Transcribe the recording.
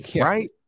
right